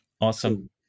Awesome